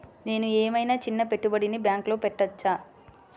నేను ఏమయినా చిన్న పెట్టుబడిని బ్యాంక్లో పెట్టచ్చా?